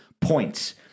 points